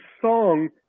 song